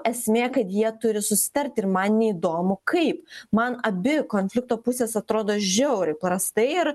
esmė kad jie turi susitarti ir man neįdomu kaip man abi konflikto pusės atrodo žiauriai prastai ir